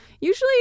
Usually